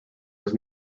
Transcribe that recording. was